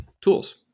tools